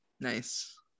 Nice